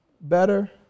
better